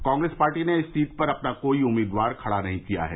Congress party ने इस seat पर अपना कोई उम्मीदवार खड़ा नहीं किया है